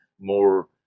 more